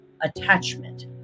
attachment